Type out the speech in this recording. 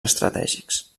estratègics